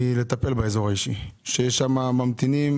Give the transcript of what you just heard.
מלטפל באזור האישי, שיש שם ממתינים.